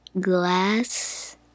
glass